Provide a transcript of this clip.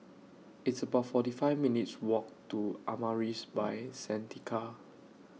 It's about forty five minutes' Walk to Amaris By Santika